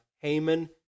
Haman